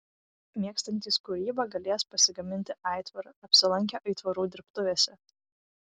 mėgstantys kūrybą galės pasigaminti aitvarą apsilankę aitvarų dirbtuvėse